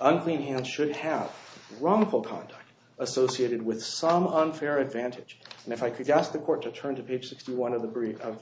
unclean hands should have wrongful conduct associated with some unfair advantage and if i could ask the court to turn to vip sixty one of the greek of